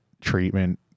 treatment